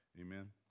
Amen